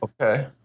Okay